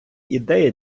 ідеї